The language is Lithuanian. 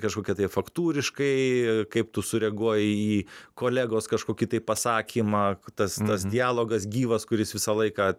kažkokia tai faktūriškai kaip tu sureaguoji į kolegos kažkokį tai pasakymą tas tas dialogas gyvas kuris visą laiką